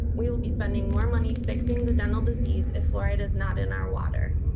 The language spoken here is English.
we will be spending more money fixing the dental disease if fluoridate does not in our water.